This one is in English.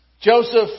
Joseph